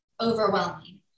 overwhelming